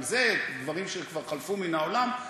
גם זה דברים שכבר חלפו מן העולם.